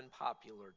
unpopular